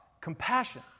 compassion